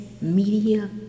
Media